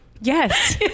Yes